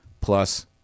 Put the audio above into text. plus